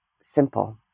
simple